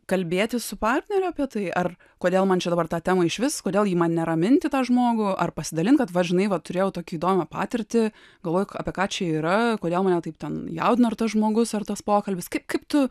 kalbėtis su partneriu apie tai ar kodėl man čia dabar tą temą išvis kodėl jį man neraminti tą žmogų ar pasidalinti kad vat žinai va turėjau tokį įdomią patirtį galvoju apie ką čia yra kodėl mane taip ten jaudina ar tas žmogus ar tas pokalbis kaip kaip tu